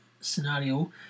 scenario